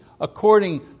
according